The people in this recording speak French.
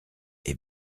est